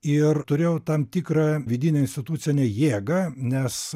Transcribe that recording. ir turėjau tam tikra vidinę institucinę jėgą nes